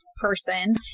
person